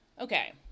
Okay